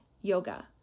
yoga